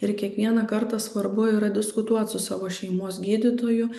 ir kiekvieną kartą svarbu yra diskutuot su savo šeimos gydytoju